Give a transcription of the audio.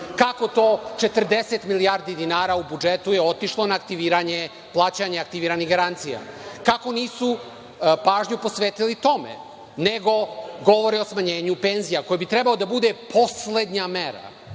to 40 milijardi dinara u budžetu je otišlo na plaćanje aktiviranih garancija, kako nisu pažnju posvetili tome, nego govore o smanjenju penzija, koje bi trebalo da bude poslednja mera.